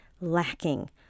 lacking